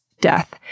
death